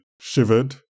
shivered